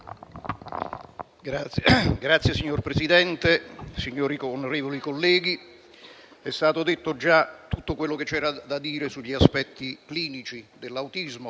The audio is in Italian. *(M5S)*. Signor Presidente, onorevoli colleghi, è già stato detto tutto quello che c'era da dire sugli aspetti clinici dell'autismo,